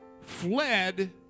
fled